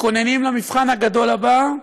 מתכוננים למבחן הגדול הבא,